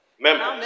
members